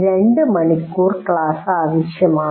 2 മണിക്കൂർ ക്ലാസ് ആവശ്യമാണ്